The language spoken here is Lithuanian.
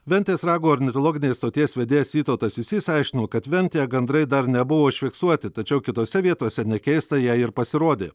ventės rago ornitologinės stoties vedėjas vytautas jusys aiškino kad ventėje gandrai dar nebuvo užfiksuoti tačiau kitose vietose ne keista jei ir pasirodė